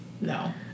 no